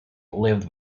lived